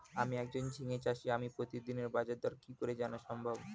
আমি একজন ঝিঙে চাষী আমি প্রতিদিনের বাজারদর কি করে জানা সম্ভব?